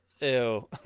Ew